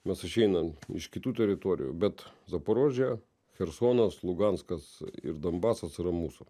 mes išeinam iš kitų teritorijų bet zaporožė chersonas luganskas ir donbasas yra mūsų